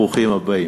ברוכים הבאים.